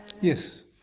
Yes